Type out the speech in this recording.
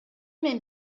мен